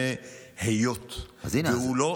היות שהוא לא,